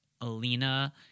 Alina